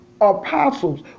apostles